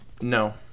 No